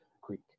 Greek